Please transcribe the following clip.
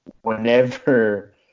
whenever